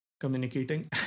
communicating